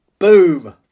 Boom